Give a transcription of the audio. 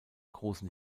großen